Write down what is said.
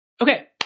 Okay